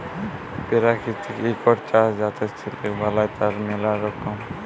পেরাকিতিক ইকট চাস যাতে সিলিক বালাই, তার ম্যালা রকম